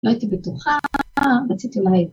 לא הייתי בטוחה, רציתי לייק.